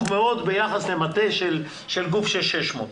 מאוד ביחס למטה של גוף עם 600 עובדים.